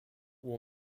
will